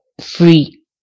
free